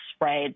Right